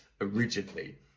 originally